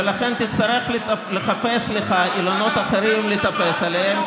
ולכן, תצטרך לחפש לך אילנות אחרים לטפס עליהם.